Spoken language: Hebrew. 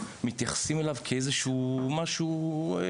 מתייחסים אליו כאיזשהו משהו עם